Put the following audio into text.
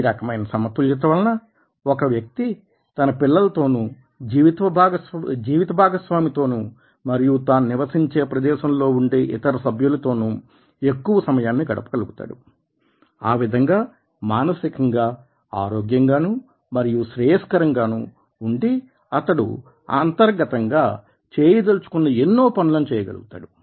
ఈ రకమైన సమతుల్యత వలన ఒక వ్యక్తి తన పిల్లలతోనూ జీవిత భాగస్వామితోనూ మరియు తాను నివసించే ప్రదేశం లో ఉండే ఇతర సభ్యులతోనూ ఎక్కువ సమయాన్ని గడప గలుగుతాడు ఆ విధంగా మానసికంగా ఆరోగ్యంగానూ మరియు శ్రేయస్కరం గాను ఉండి అతడు అంతర్గతంగా చేయదలచుకున్న ఎన్నో పనులను చేయగలుగుతాడు